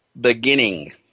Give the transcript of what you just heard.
beginning